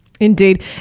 Indeed